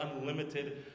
unlimited